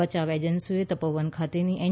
બયાવ એજન્સીઓએ તપોવન ખાતેની એન